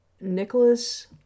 Nicholas